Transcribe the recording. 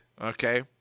Okay